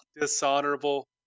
Dishonorable